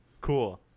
cool